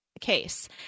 case